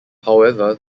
however